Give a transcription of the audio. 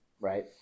right